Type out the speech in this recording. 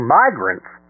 migrants